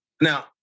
Now